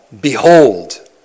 behold